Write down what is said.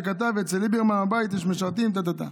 שכתב: אצל ליברמן בבית יש משרתים טה טה טה,